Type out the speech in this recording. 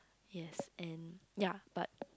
yes and ya but